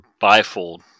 bifold